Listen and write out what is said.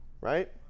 right